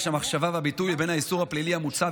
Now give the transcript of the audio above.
המחשבה והביטוי לבין האיסור הפלילי המוצע,